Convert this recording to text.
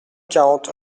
quarante